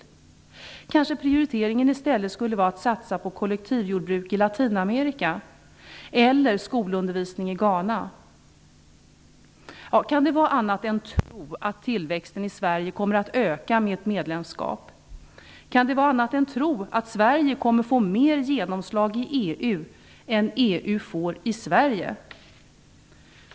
Kanske skulle prioriteringen i stället vara att man satsar på kollektivjordbruk i Latinamerika eller på skolundervisning i Ghana. Kan det vara annat än tro att tillväxten i Sverige kommer att öka genom ett medlemskap? Kan det vara annat än tro att Sverige kommer att få mer genomslag i EU än EU får i Sverige?